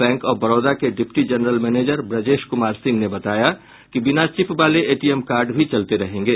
bank of Baroda के deputy general manager Brajesh Kumar Singh ने बताया कि बिना चिप वाले एटीएम कार्ड भी चलते रहेंगे